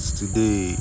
today